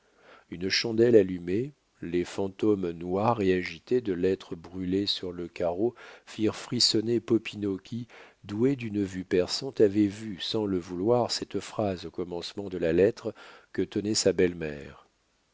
une chandelle allumée les fantômes noirs et agités de lettres brûlées sur le carreau firent frissonner popinot qui doué d'une vue perçante avait vu sans le vouloir cette phrase au commencement de la lettre que tenait sa belle-mère